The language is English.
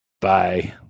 bye